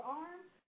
arms